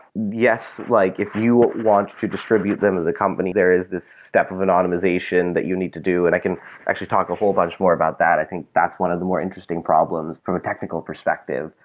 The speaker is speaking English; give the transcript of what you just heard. yes, like if you want to distribute them as a company, there is this step of anonymization that you need to do, and i can actually talk a whole bunch more about that. i think that's one of the more interesting problems from a technical perspective,